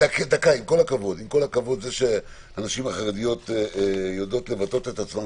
הנשים החרדיות יודעות לבטא את עצמן.